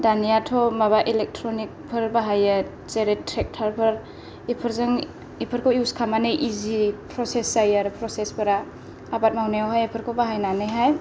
दानिया थ' माबा एलेकट्रनिकफोर बाहायो जेरै ट्रेकटरफोर बेफोरजों बेफोरखौ इउस खामानानै इजि प्रचेस जायो आरो प्रचेसफोरा आबाद मावनायाव हाय बेफोरकौ बाहायनानै हाय